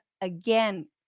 again